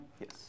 Yes